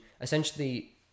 Essentially